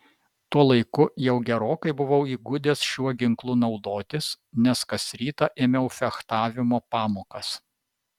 tuo laiku jau gerokai buvau įgudęs šiuo ginklu naudotis nes kas rytą ėmiau fechtavimo pamokas